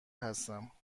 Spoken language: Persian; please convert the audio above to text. هستم